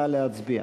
נא להצביע.